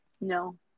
No